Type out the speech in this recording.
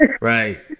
Right